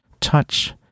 Touch